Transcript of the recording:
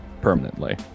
permanently